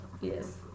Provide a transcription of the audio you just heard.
Yes